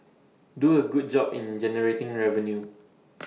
do A good job in generating revenue